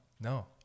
no